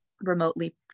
remotely